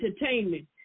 entertainment